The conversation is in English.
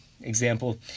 example